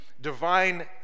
divine